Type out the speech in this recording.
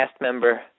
member